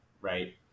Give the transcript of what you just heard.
right